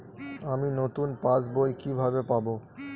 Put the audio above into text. আমি নতুন passbook কিভাবে পাব?